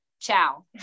Ciao